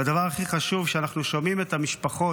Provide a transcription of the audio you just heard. והדבר הכי חשוב, כשאנחנו שומעים את המשפחות,